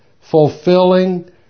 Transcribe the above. fulfilling